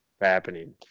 happening